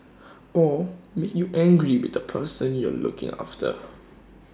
or make you angry with the person you're looking after